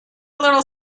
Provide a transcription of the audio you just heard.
little